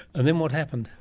and then what happened?